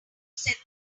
said